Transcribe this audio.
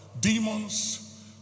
demons